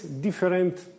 different